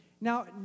Now